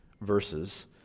verses